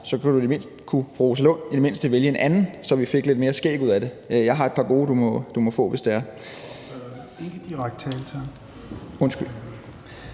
Rosa Lund i det mindste vælge en anden, så vi fik lidt mere skæg ud af det – jeg har et par gode, som du må få, hvis det er.